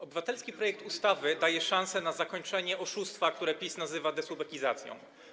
Obywatelski projekt ustawy daje szansę na zakończenie oszustwa, które PiS nazywa dezubekizacją.